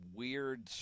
weird